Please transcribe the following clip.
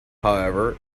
however